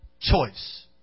choice